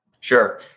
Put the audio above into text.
Sure